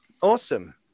Awesome